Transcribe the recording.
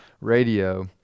radio